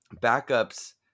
backups